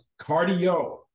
cardio